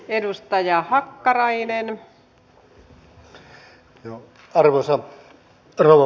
arvoisa rouva puhemies